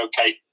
okay